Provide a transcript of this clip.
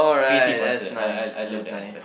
creative answer I I I love that answer